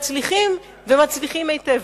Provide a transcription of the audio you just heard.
מצליחים ומצליחים היטב.